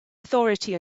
authority